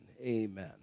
Amen